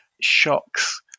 shocks